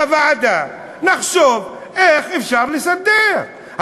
ובוועדה נחשוב איך אפשר לסדר.